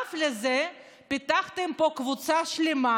נוסף לזה פיתחתם פה קבוצה שלמה,